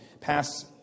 pass